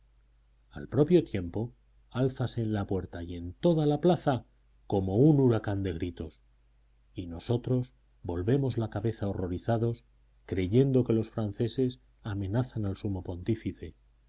al propio tiempo álzase en la puerta y en toda la plaza como un huracán de gritos y nosotros volvemos la cabeza horrorizados creyendo que los franceses amenazan al sumo pontífice